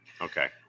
Okay